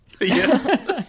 Yes